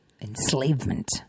Enslavement